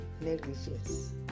negligence